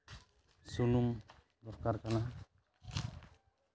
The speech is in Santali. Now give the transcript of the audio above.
ᱥᱩᱱᱩᱢ ᱫᱚᱨᱠᱟᱨ ᱠᱟᱱᱟ